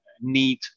need